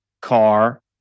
car